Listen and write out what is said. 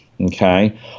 okay